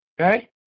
Okay